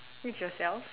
reach yourself